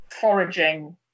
foraging